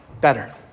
better